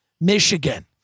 Michigan